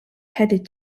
headed